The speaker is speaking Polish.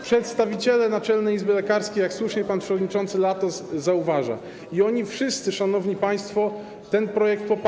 przedstawiciele Naczelnej Izby Lekarskiej, jak słusznie pan przewodniczący Latos zauważa, i oni wszyscy, szanowni państwo, ten projekt poparli.